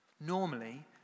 Normally